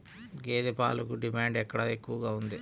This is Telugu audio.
గేదె పాలకు డిమాండ్ ఎక్కడ ఎక్కువగా ఉంది?